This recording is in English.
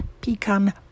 Pecan